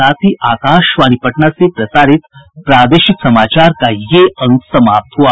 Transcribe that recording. इसके साथ ही आकाशवाणी पटना से प्रसारित प्रादेशिक समाचार का ये अंक समाप्त हुआ